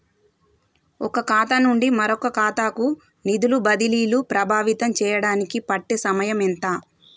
ఒక ఖాతా నుండి మరొక ఖాతా కు నిధులు బదిలీలు ప్రభావితం చేయటానికి పట్టే సమయం ఎంత?